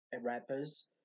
rappers